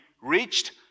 reached